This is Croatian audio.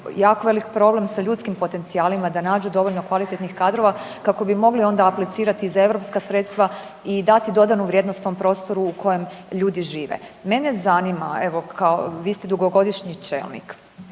jako velik problem sa ljudskim potencijalima da nađu dovoljno kvalitetnih kadrova kako bi onda mogli aplicirati i za europska sredstva i dati dodanu vrijednost tom prostoru u kojem ljudi žive. Mene zanima evo kao, vi ste dugogodišnji čelnik